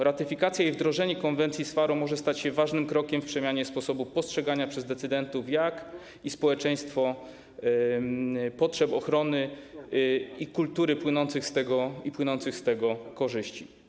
Ratyfikacja i wdrożenie konwencji z Faro może stać się ważnym krokiem w przemianie sposobu postrzegania przez decydentów i społeczeństwo potrzeb ochrony kultury i płynących z tego korzyści.